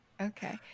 Okay